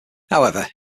however